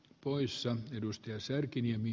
poissa edustaja särkiniemi